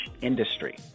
industry